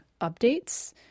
updates